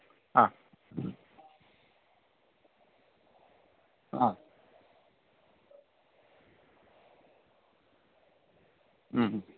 ആ ആ